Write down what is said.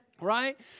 Right